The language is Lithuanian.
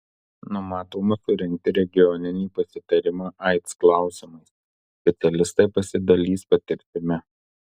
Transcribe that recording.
numatoma surengti regioninį pasitarimą aids klausimais specialistai pasidalys patirtimi